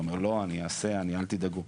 לא, אני אעשה, אל תדאגו.